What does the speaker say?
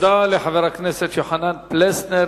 תודה לחבר הכנסת יוחנן פלסנר.